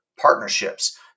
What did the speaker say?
partnerships